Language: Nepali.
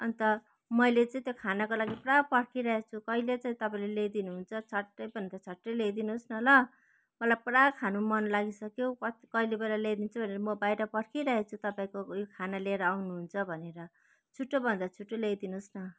अन्त मैले चाहिँ त्यो खानाको लागि पुरा पर्खिरहेको छु कहिले चाहिँ तपाईँले ल्याइदिनु हुन्छ झट्टैभन्दा झट्टै ल्याइदिनुहोस् न ल मलाई पुरा खानु मन लागिसक्यो क कहिले गएर ल्याइदिन्छ भनेर म बाहिर पर्खिरहेको छु तपाईँको उयो खाना लिएर आउनुहुन्छ भनेर छिटोभन्दा छिटो ल्याइदिनुहोस् न